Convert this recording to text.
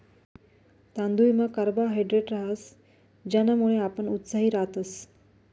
तांदुयमा कार्बोहायड्रेट रहास ज्यानामुये आपण उत्साही रातस